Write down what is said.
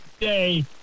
day